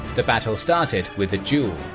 the battle started with a duel,